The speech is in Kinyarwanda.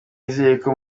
nizereko